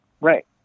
Right